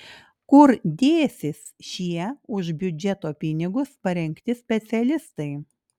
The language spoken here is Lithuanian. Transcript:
kur dėsis šie už biudžeto pinigus parengti specialistai